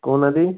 କହୁ ନାହାନ୍ତି